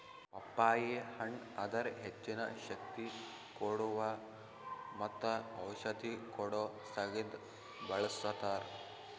ಪಪ್ಪಾಯಿ ಹಣ್ಣ್ ಅದರ್ ಹೆಚ್ಚಿನ ಶಕ್ತಿ ಕೋಡುವಾ ಮತ್ತ ಔಷಧಿ ಕೊಡೋ ಸಲಿಂದ್ ಬಳ್ಸತಾರ್